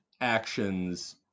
actions